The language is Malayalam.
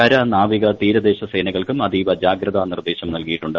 കര നാവിക തീരദേശ സേനകൾക്കും അതീവ ജാഗ്രതാ നിർദ്ദേശം നൽകിയിട്ടുണ്ട്